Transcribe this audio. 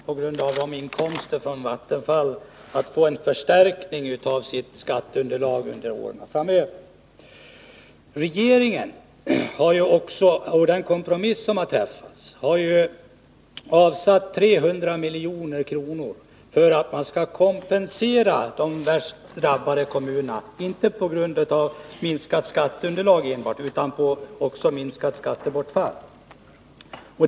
På grund av inkomster från Vattenfall kommer kommunen att få en förstärkning av sitt skatteunderlag under åren framöver. Regeringen har också — även enligt den kompromiss som har träffats — avsatt 300 milj.kr. för att kompensera de värst drabbade kommunerna, inte enbart för minskat skatteunderlag utan även för skattebortfall.